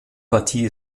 partie